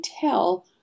tell